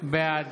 בעד